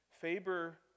Faber